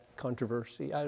controversy